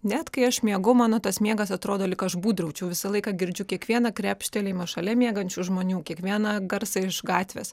net kai aš miegu mano tas miegas atrodo lyg aš būdraučiau visą laiką girdžiu kiekvieną krepštelėjimą šalia miegančių žmonių kiekvieną garsą iš gatvės